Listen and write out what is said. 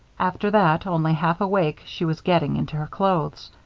after that, only half awake, she was getting into her clothes.